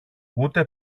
ούτε